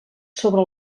sobre